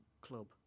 club